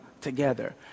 together